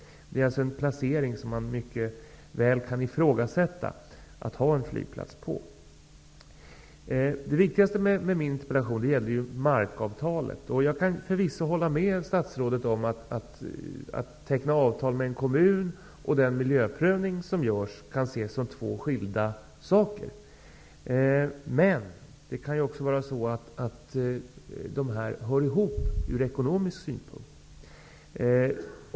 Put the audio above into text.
Man kan alltså mycket väl ifrågasätta denna placering av en flygplats. Det viktigaste i min interpellation är frågan om markavtalet. Jag kan förvisso hålla med statsrådet om att man kan se det som två skilda saker, att staten tecknar avtal med en kommun och den miljöprövning som görs. Men de kan också höra ihop från ekonomisk synpunkt.